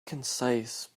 concise